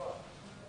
לשלם